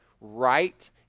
right